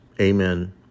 amen